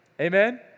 Amen